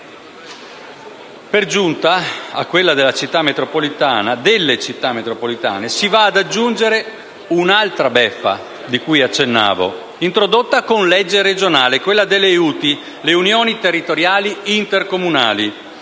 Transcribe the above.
metropolitana (delle Città metropolitane), si va ad aggiungere un'altra beffa, di cui accennavo, introdotta con legge regionale, quella delle UTI (Unioni territoriali intercomunali),